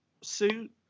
suit